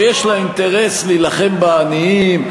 שיש לה אינטרס להילחם בעניים?